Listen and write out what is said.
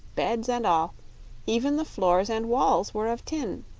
beds, and all even the floors and walls were of tin.